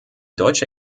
deutsche